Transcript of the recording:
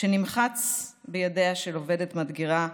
שנמחץ בידיה של עובדת מדגרה,